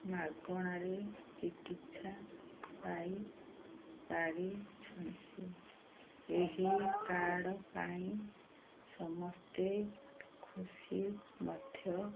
ମାଗଣାରେ ଚିକିତ୍ସା ପାଇ ପାରିଛନ୍ତି ଏହି କାର୍ଡ଼ ପାଇଁ ସମସ୍ତେ ଖୁସି ମଧ୍ୟ